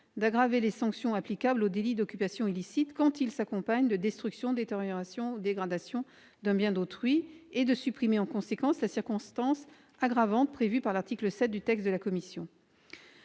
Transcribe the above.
d'aggraver les sanctions applicables au délit d'occupation illicite quand celui-ci s'accompagne de destructions, détériorations ou dégradations d'un bien d'autrui et, en conséquence, de supprimer la circonstance aggravante prévue à l'article 7 du texte de la commission.